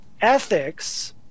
ethics